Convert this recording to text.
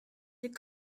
des